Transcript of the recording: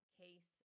case